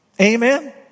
Amen